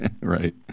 right